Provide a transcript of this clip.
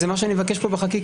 וזה מה שאני מבקש פה בחקיקה.